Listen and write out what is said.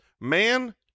Man